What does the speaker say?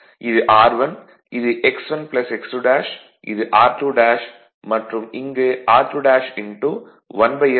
இது r1 இது x1 x2 இது r2 மற்றும் இங்கு r21s 1